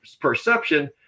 perception